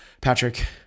Patrick